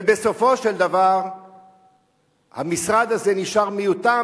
ובסופו של דבר המשרד הזה נשאר מיותם,